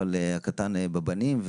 אבל הקטן בבנים,